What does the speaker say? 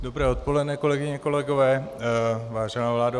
Dobré odpoledne, kolegyně, kolegové, vážená vládo.